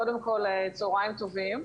קודם כל צוהריים טובים.